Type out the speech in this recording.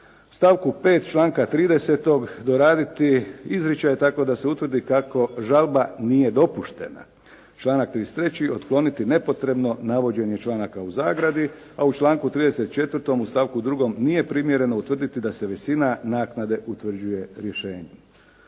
stavku 5. članka 30. doraditi izričaj tako da se utvrdi kako žalba nije dopuštena. Članak 33. Otkloniti nepotrebno navođenje članaka u zagradi, a u članku 34. stavku 2. nije primjereno utvrditi da se visina naknade utvrđuje rješenjem.